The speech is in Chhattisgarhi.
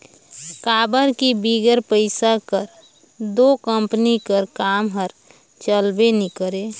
काबर कि बिगर पइसा कर दो कंपनी कर काम हर चलबे नी करे